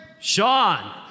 Sean